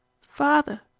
Father